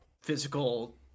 physical